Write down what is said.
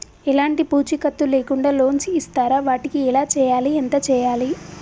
ఎలాంటి పూచీకత్తు లేకుండా లోన్స్ ఇస్తారా వాటికి ఎలా చేయాలి ఎంత చేయాలి?